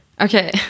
Okay